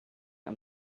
and